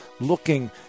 looking